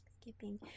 Skipping